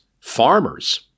farmers